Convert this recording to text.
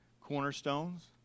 Cornerstones